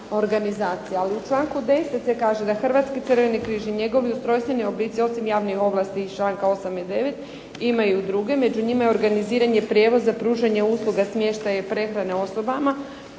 u članku 10. se kaže da je Hrvatski crveni križ i njegovi ustrojstveni oblici osim javnih ovlasti iz članka 8. i 9. imaju druge, među njima je organiziranje prijevoza, pružanje usluga smještaja, prehrane osobama